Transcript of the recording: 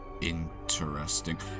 interesting